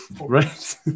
right